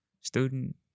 student